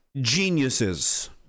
Geniuses